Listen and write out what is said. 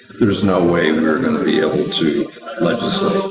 there's no way we're gonna be able to legislate,